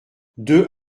deux